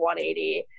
180